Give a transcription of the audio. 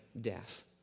death